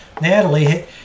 Natalie